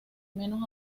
menos